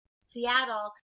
Seattle